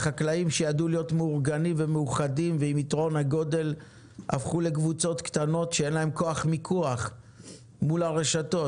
החקלאים הפכו לקבוצות קטנות נטולות כוח מיקוח אל מול הרשתות